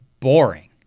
boring